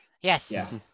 Yes